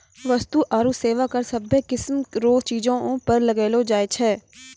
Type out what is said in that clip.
वस्तु आरू सेवा कर सभ्भे किसीम रो चीजो पर लगैलो जाय छै